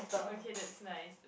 okay that's nice